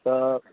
हा